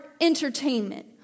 entertainment